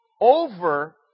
over